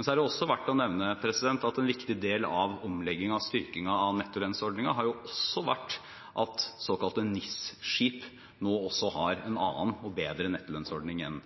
Så er det verdt å nevne at en viktig del av omleggingen og styrkingen av nettolønnsordningen også har vært at såkalte NIS-skip nå har en annen og bedre nettolønnsordning